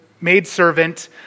maidservant